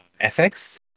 fx